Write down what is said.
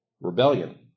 Rebellion